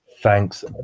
Thanks